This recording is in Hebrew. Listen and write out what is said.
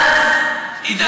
עאידה,